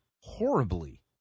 horribly